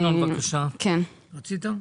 ינון, בבקשה, רצית?